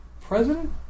president